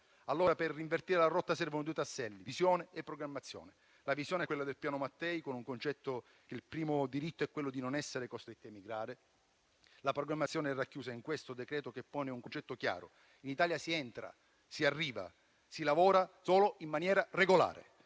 lavoro. Per invertire la rotta servono due tasselli: visione e programmazione. La visione è quella del piano Mattei, secondo il concetto che il primo diritto è quello di non essere costretti a emigrare. La programmazione è racchiusa in questo decreto-legge che pone un progetto chiaro: in Italia si entra, si arriva e si lavora solo in maniera regolare,